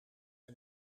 hij